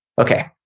Okay